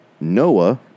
Noah